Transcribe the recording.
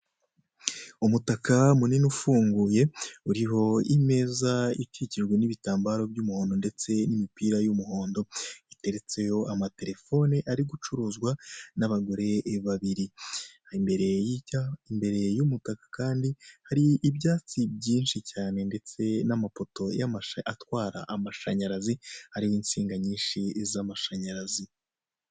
Umutaka munini ufunguye uriho imeza ikikijwe n'ibitambaro by'umuhondo ndetse n'imipira y'umuhondo, iteretseho amatelefone ari gucuruzwa n'abagore babiri, imbere y'umutaka kandi, hari ibyatsi byinshi cyane ndetse n'amapoto atwara amashanyarazi hariho insinga nyinshi z'amashanyarazi.